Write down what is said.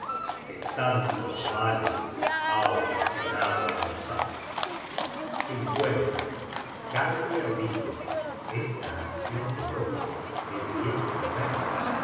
que tantos males ha ocasionado á los asios gangler dijo esta accion de loke es bien perversa